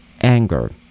anger